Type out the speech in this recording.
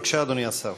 בבקשה, אדוני השר.